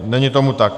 Není tomu tak.